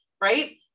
right